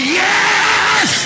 yes